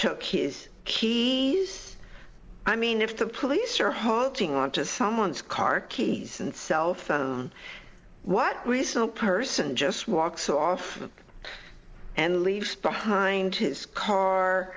took his keys i mean if the police are holding on to someone's car keys and cell phone what recent person just walks off and leaves behind his car